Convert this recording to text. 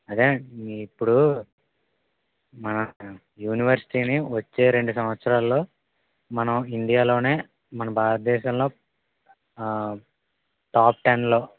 అదే మీ ఇప్పుడు మన యూనివర్సిటీని వచ్చే రెండు సంవత్సరాలలో మనం ఇండియాలోనే మన భారతదేశంలో టాప్ టెన్లో